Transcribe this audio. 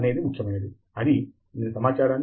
ఇది చాలా ముఖ్యమైనదని నేను భావిస్తున్నాను